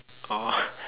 oh